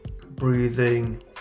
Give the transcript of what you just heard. breathing